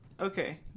Okay